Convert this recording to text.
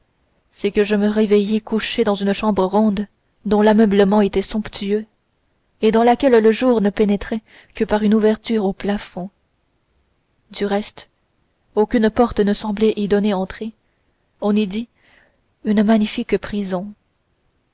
c'est que je me réveillai couchée dans une chambre ronde dont l'ameublement était somptueux et dans laquelle le jour ne pénétrait que par une ouverture au plafond du reste aucune porte ne semblait y donner entrée on eût dit une magnifique prison